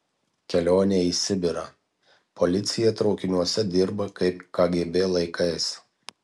kelionė į sibirą policija traukiniuose dirba kaip kgb laikais